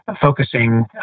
focusing